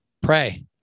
pray